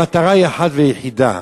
המטרה היא אחת ויחידה: